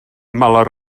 males